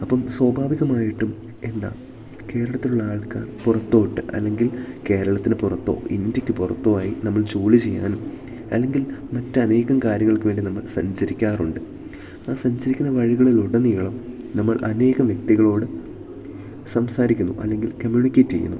അപ്പം സ്വാഭാവികമായിട്ടും എന്താ കേരളത്തിലുള്ള ആൾക്കാർ പുറത്തോട്ട് അല്ലെങ്കിൽ കേരളത്തിന് പുറത്തോ ഇന്ത്യയ്ക്ക് പുറത്തോ ആയി നമ്മൾ ജോലി ചെയ്യാൻ അല്ലെങ്കിൽ മറ്റനേകം കാര്യങ്ങൾക്ക് വേണ്ടി നമ്മൾ സഞ്ചരിക്കാറുണ്ട് ആ സഞ്ചരിക്കുന്ന വഴികളിലുടനീളം നമ്മൾ അനേകം വ്യക്തികളോട് സംസാരിക്കുന്നു അല്ലെങ്കിൽ കമ്മ്യൂണിക്കേറ്റ് ചെയ്യുന്നു